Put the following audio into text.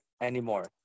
anymore